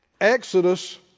Exodus